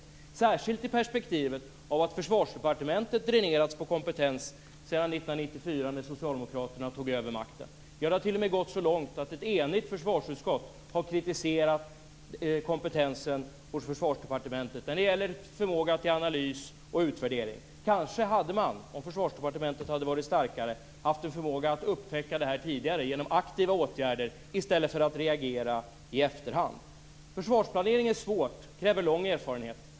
Det är det särskilt i perspektivet att Försvarsdepartementet har dränerats på kompetens sedan 1994 när Socialdemokraterna tog över makten. Det har t.o.m. gått så långt att ett enigt försvarsutskott har kritiserat kompetensen hos Försvarsdepartementet när det gäller förmågan till analys och utvärdering. Kanske hade man, om Försvarsdepartementet varit starkare, haft en förmåga att upptäcka det här tidigare genom aktiva åtgärder i stället för att reagera i efterhand. Försvarsplanering är svårt och kräver lång erfarenhet.